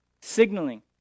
signaling